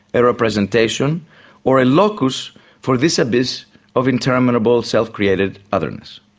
a representation or a locus for this abyss of interminable self-created otherness.